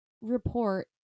report